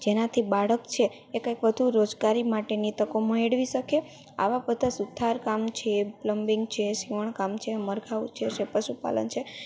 જેનાંથી બાળક છે એક કઇંક વધુ રોજગારી માટેની તકો મેળવી શકે આવાં બધાં સુથારકામ છે પ્લમ્બિંગ છે સીવણકામ છે મરઘાં ઉછેર છે પશુપાલન છે